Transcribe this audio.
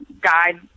guide